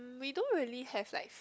we don't really have like